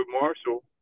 Marshall